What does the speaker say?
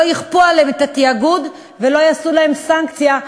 שלא יכפו עליהן את התאגוד ולא יטילו עליהן סנקציה,